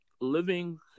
living